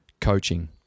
coaching